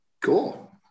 Cool